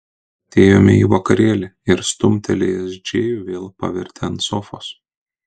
atėjome į vakarėlį ir stumtelėjęs džėjų vėl parvertė ant sofos